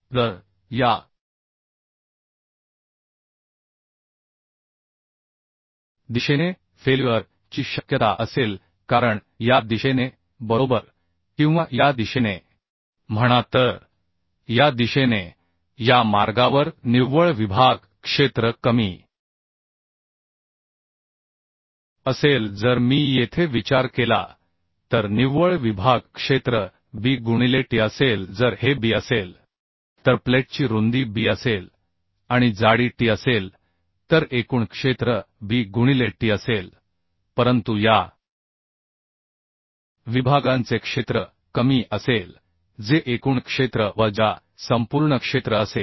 तर या दिशेने फेल्युअर ची शक्यता असेल कारण या दिशेने बरोबर किंवा या दिशेने म्हणा तर या दिशेने या मार्गावर निव्वळ विभाग क्षेत्र कमी असेल जर मी येथे विचार केला तर निव्वळ विभाग क्षेत्र B गुणिले t असेल जर हे B असेल तर प्लेटची रुंदी B असेल आणि जाडी t असेल तर एकूण क्षेत्र B गुणिले t असेल परंतु याविभागांचे क्षेत्र कमी असेल जे एकूण क्षेत्र वजा संपूर्ण क्षेत्र असेल